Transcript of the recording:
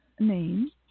Name